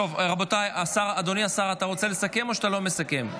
אדוני השר, אתה רוצה לסכם או שאתה לא מסכם?